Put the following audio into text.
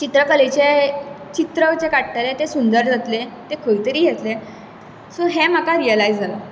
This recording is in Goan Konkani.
चित्रकलेचें चीत्र जें काडटलें तें सुंदर जातलें तें खंयतरी येतलें सो हें म्हाका रियलाय्ज जालां